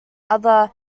other